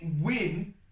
win